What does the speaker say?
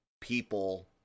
people